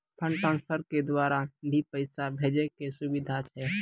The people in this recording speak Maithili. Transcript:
फंड ट्रांसफर के द्वारा भी पैसा भेजै के सुविधा छै?